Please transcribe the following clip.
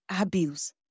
abuse